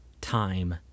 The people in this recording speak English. time